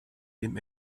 dem